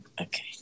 Okay